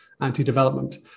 anti-development